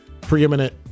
preeminent